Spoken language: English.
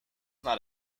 not